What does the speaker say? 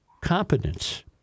competence